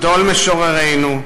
גדול משוררינו,